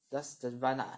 just run lah